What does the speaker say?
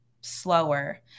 slower